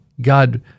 God